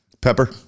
Pepper